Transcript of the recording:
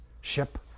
ship